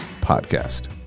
Podcast